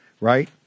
right